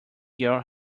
girl